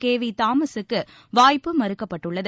KV Thomas க்கு வாய்ப்பு மறுக்கப்பட்டுள்ளது